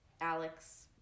Alex